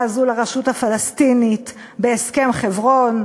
הזאת לרשות הפלסטינית בהסכם חברון,